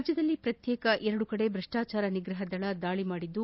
ರಾಜ್ಯದಲ್ಲಿ ಶ್ರತ್ಯೇಕ ಎರಡು ಕಡೆ ಭ್ರಷ್ಟಾಚಾರ ನಿಗ್ರಪ ದಳ ದಾಳಿ ಮಾಡಿದ್ದು